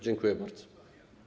Dziękuję bardzo.